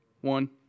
One